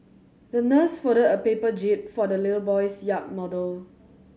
the nurse folded a paper jib for the little boy's yacht model